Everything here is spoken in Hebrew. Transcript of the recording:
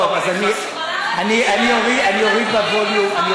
טוב, אז אני אוריד בווליום.